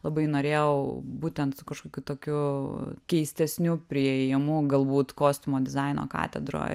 labai norėjau būtent su kažkokiu tokiu keistesniu priėjimu galbūt kostiumo dizaino katedroj